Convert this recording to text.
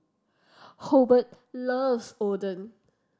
Hobart loves Oden